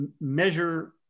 measure